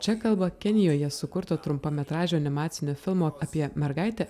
čia kalba kenijoje sukurto trumpametražio animacinio filmo apie mergaitę